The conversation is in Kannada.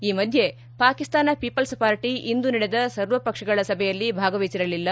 ಈ ಮಧ್ಯೆ ಪಾಕಿಸ್ತಾನ ಪೀಪಲ್ಸ್ ಪಾರ್ಟ ಇಂದು ನಡೆದ ಸರ್ವಪಕ್ಷಗಳ ಸಭೆಯಲ್ಲಿ ಭಾಗವಹಿಸಿರಲಿಲ್ಲ